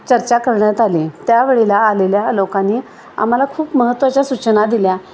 चर्चा करण्यात आली त्यावेळेला आलेल्या लोकांनी आम्हाला खूप महत्त्वाच्या सूचना दिल्या